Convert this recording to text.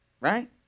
Right